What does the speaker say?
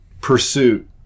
pursuit